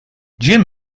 jim